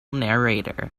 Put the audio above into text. narrator